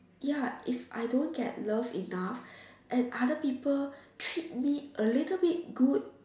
ya if I don't get love enough and other people treat me a little bit good